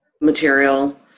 material